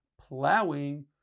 plowing